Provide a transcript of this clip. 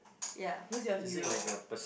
ya who's your hero